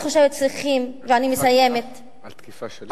אני חושבת שצריכים, ואני מסיימת, על תקיפה שלך?